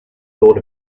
thought